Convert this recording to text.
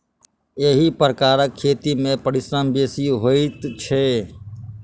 एहि प्रकारक खेती मे परिश्रम बेसी होइत छै